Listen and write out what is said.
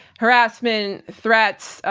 harassment, threats,